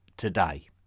Today